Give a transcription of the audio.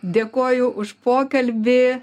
dėkoju už pokalbį